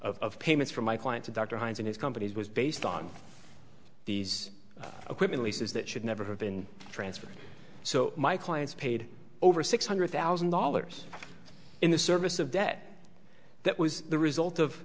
of payments from my client to dr heinz and his companies was based on these equipment leases that should never have been transferred so my clients paid over six hundred thousand dollars in the service of debt that was the result of